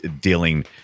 dealing